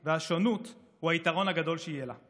או השונות הוא היתרון הגדול שיהיה לה.